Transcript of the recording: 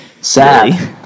Sad